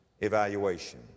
evaluation